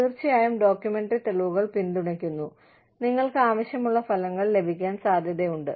തീർച്ചയായും ഡോക്യുമെന്ററി തെളിവുകൾ പിന്തുണയ്ക്കുന്നു നിങ്ങൾക്ക് ആവശ്യമുള്ള ഫലങ്ങൾ ലഭിക്കാൻ സാധ്യതയുണ്ട്